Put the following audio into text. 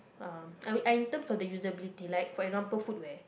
uh I in terms of the usability like for example footwear